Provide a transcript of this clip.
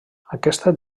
aquesta